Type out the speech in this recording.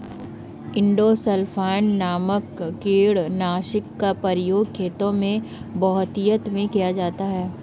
endosulfan नामक कीटनाशक का प्रयोग खेतों में बहुतायत में किया जाता है